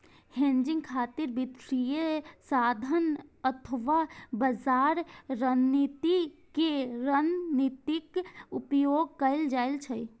hedging खातिर वित्तीय साधन अथवा बाजार रणनीति के रणनीतिक उपयोग कैल जाइ छै